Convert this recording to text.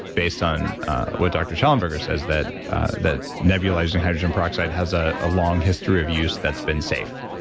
based on what doctor shallenberger says, that that nebulizing hydrogen peroxide has a ah long history of use that's been safe.